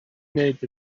wneud